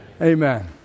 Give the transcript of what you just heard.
Amen